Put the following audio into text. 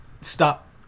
stop